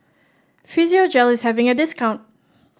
Physiogel is having a discount